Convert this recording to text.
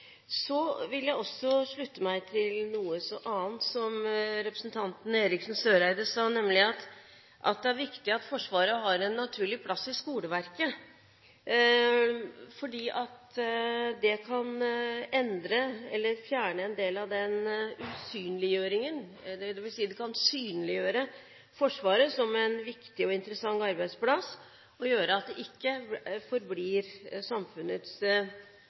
vil også slutte meg til noe annet som representanten Eriksen Søreide sa, nemlig at det er viktig at Forsvaret har en naturlig plass i skoleverket. Det kan synliggjøre Forsvaret som en viktig og interessant arbeidsplass og gjøre at det ikke forblir samfunnets best bevarte hemmelighet, som statsråden snakket om. Det er viktig at vi understreker at